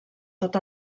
tot